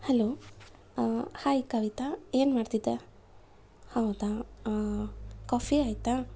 hello hi Kavitha ಏನು ಮಾಡ್ತಿದ್ದೆ ಹೌದಾ ಕಾಫಿ ಆಯಿತಾ